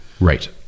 Right